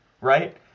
Right